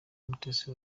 mutesi